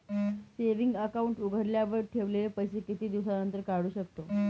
Saving account उघडल्यावर ठेवलेले पैसे किती दिवसानंतर काढू शकतो?